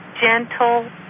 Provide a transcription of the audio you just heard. gentle